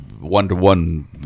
one-to-one